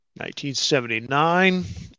1979